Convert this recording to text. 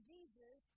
Jesus